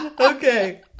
Okay